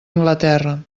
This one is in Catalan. anglaterra